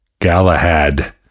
Galahad